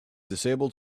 disabled